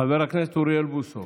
חבר הכנסת אוריאל בוסו,